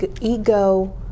ego